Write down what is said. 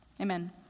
Amen